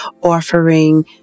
offering